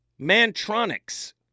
Mantronics